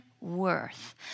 worth